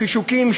חישוקים,